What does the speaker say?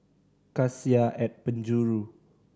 Cassia at Penjuru